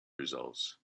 results